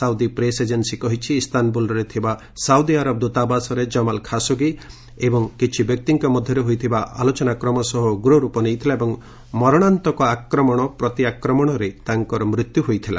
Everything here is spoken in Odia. ସାଉଦି ପ୍ରେସ୍ ଏଜେନ୍ନୀ କହିଛି ଇସ୍ତାନବୁଲରେ ଥିବା ସାଉଦି ଆରବ ଦୂତାବାସରେ ଜମାଲ୍ ଖାସୋଗୀ ଏବଂ କିଛି ବ୍ୟକ୍ତିଙ୍କ ମଧ୍ୟରେ ହୋଇଥିବା ଆଲୋଚନା କ୍ରମଶଃ ଉଗ୍ର ରୂପ ନେଇଥିଲା ଏବଂ ମରଣାନ୍ତକ ଆକ୍ରମଣ ପ୍ରତିଆକ୍ରମଣରେ ତାଙ୍କର ମୃତ୍ୟୁ ହୋଇଥିଲା